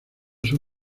sus